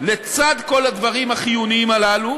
לצד כל הדברים החיוניים הללו,